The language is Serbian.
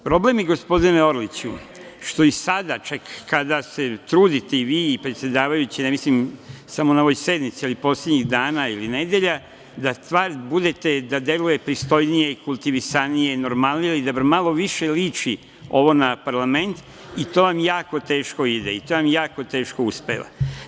Problem je gospodine Orliću što i sada čak, kada se trudite i vi i predsedavajući, ne mislim samo na ovoj sednici, ali poslednjih dana ili nedelja, da delujete pristojnije, kultivisanije, normalnije, da bar malo više liči ovo na parlament i to vam jako teško ide, to vam jako teško uspeva.